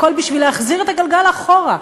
הכול בשביל להחזיר את הגלגל אחורה,